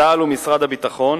צה"ל ומשרד הביטחון